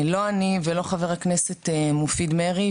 לא אני ולא חה"כ מופיד מרעי,